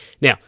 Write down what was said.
Now